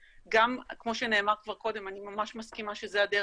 כמו שנאמר כבר קודם ואני ממש מסכימה שזו הדרך,